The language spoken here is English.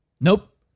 Nope